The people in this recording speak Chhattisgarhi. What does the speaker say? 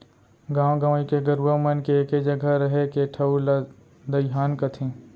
गॉंव गंवई के गरूवा मन के एके जघा रहें के ठउर ला दइहान कथें